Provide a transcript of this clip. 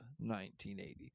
1980